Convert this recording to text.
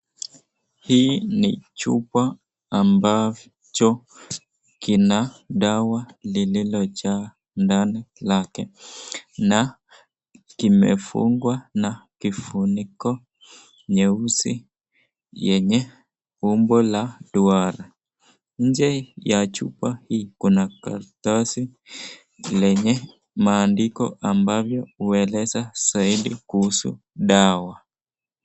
Hii ni chupa ambayo cho kina dawa lililojaa ndani lake na kimefungwa na kifuniko nyeusi yenye umbo la duara. Nje ya chupa hii kuna karatasi lenye maandiko ambavyo hueleza zaidi kuhusu dawa.